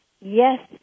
Yes